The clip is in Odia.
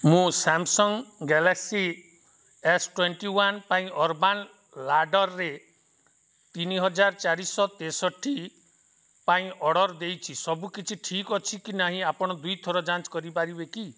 ମୁଁ Samsung Galaxy S twenty one ପାଇଁ ଅର୍ବାନ୍ ଲାଡ଼ର୍ରେ ତିନି ହଜାର ଚାରିଶହ ତେଷଠି ପାଇଁ ଅର୍ଡ଼ର୍ ଦେଇଛି ସବୁକିଛି ଠିକ୍ ଅଛି କି ନାହିଁ ଆପଣ ଦୁଇଥର ଯାଞ୍ଚ କରିପାରିବେ କି